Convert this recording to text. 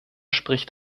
spricht